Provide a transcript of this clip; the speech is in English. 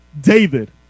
David